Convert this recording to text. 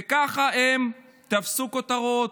וככה הם תפסו כותרות,